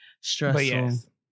Stressful